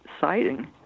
sighting